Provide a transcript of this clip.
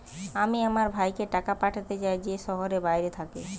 আমি আমার ভাইকে টাকা পাঠাতে চাই যে শহরের বাইরে থাকে